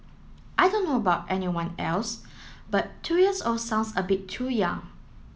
I don't know about everyone else but two years old sounds a bit too young